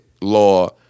law